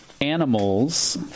animals